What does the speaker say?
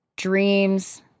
dreams